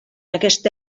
aquesta